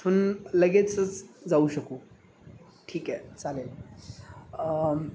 इथून लगेचच जाऊ शकू ठीक आहे चालेल